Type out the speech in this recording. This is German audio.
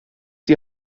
die